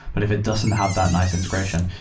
but if it doesn't have that nice integration,